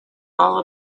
all